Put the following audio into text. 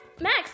Max